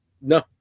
No